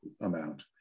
amount